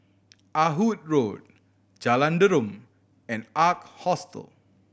Ah Hood Road Jalan Derum and Ark Hostel